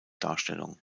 darstellung